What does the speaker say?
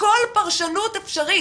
כל פרשנות אפשרית,